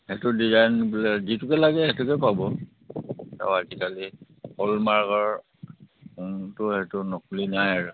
সেইটো ডিজাইন বোলে যিটোকে লাগে সেইটোকে পাব হয় আজিকালি হ'লমাৰ্কৰ সোণটো সেইটো নকলি নাই আৰু